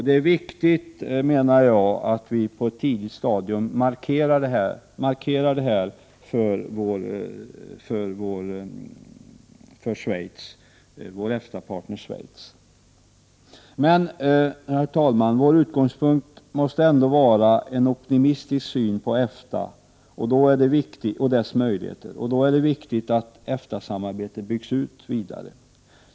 Det är viktigt att vi på ett tidigt stadium markerar detta för vår EFTA-partner Schweiz. Herr talman! Sveriges utgångspunkt måste vara att man skall ha en optimistisk syn på EFTA och dess möjligheter. Då är det viktigt att EFTA-samarbetet byggs ut.